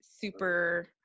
super